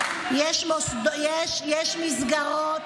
יש מסגרות